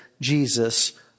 Jesus